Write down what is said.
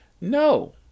No